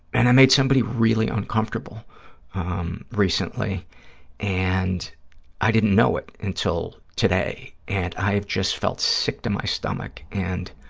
and i made somebody really uncomfortable recently and i didn't know it until today. and i just felt sick to my stomach and